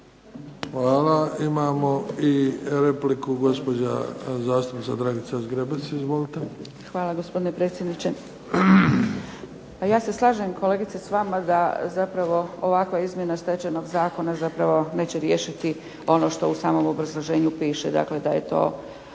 Hvala. Imamo i repliku gospođa zastupnica Dragica Zgrebec, izvolite. **Zgrebec, Dragica (SDP)** Hvala gospodine predsjedniče. Pa ja se slažem kolegice s vama da zapravo ovakva izmjena stečajnog zakona zapravo neće riješiti ono što u samom obrazloženju piše, dakle da je to